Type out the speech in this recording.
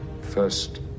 first